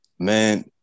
Man